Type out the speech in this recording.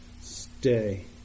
stay